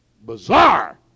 bizarre